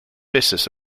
business